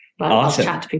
Awesome